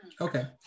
Okay